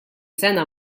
sena